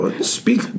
Speak